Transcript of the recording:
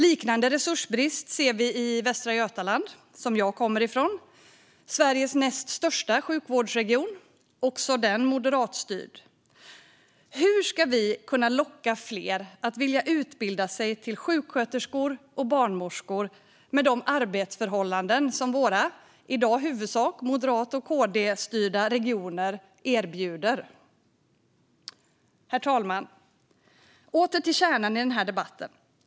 Liknande resursbrist ser vi i Västra Götaland, som jag kommer från. Det är Sveriges näst största sjukvårdsregion - också den moderatstyrd. Hur ska vi kunna locka fler att vilja utbilda sig till sjuksköterskor och barnmorskor med de arbetsförhållanden som våra i dag i huvudsak M och KD-styrda regioner erbjuder? Herr talman! Åter till kärnan i den här debatten.